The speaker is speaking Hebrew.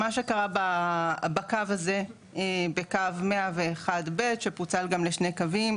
שקרה בקו הזה בקו 101 ב' שפוצל גם לשני קווים,